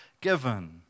given